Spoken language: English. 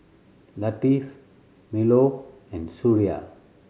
Latif Melur and Suria